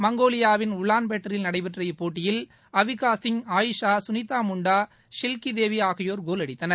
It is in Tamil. மங்கோலியாவின் உலான்பேட்டரில் நடைபெற்ற இப்போட்டியில் அவிகாசிங் ஆயிஷா சுனிதாமுன்டா சில்கிதேவி ஆகியோர் கோல் அடித்தனர்